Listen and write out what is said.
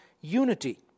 unity